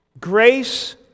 Grace